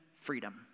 freedom